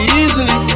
easily